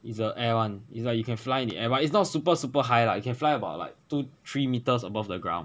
it's a air one is like you can fly in the air but it's not super super high lah you can fly about like two three metres above the ground